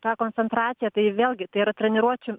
tą koncentraciją tai vėlgi tai yra treniruočių